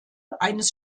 eines